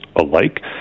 alike